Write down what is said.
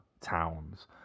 towns